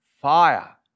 fire